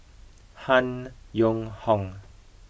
Han Yong Hong